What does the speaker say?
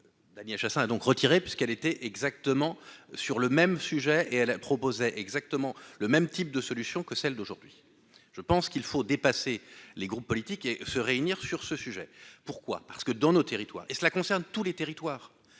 Daniel Chassain donc retiré puisqu'elle était exactement sur le même sujet et elle proposait exactement le même type de solution que celle d'aujourd'hui, je pense qu'il faut dépasser les groupes politiques et se réunir sur ce sujet, pourquoi, parce que dans nos territoires et cela concerne tous les territoires,